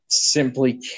simply